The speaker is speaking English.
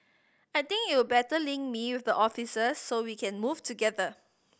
I think it'll better link me with the officers so we can move together